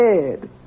dead